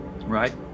Right